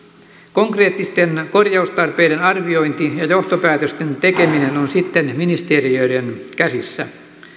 konkreettisten korjaustarpeiden arviointi ja johtopäätösten tekeminen on sitten ministeriöiden käsissä